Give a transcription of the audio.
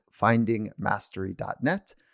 findingmastery.net